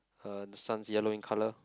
uh the sun is yellow in colour